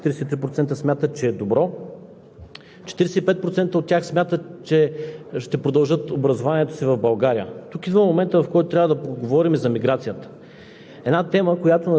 Тук е моментът може би да споменем, че младите хора от своя страна смятат, че образованието в тяхното населено място – около 43% смятат, че е добро;